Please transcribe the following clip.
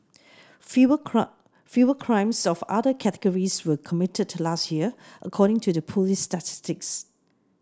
fewer clock fewer crimes of other categories were committed last year according to the police's statistics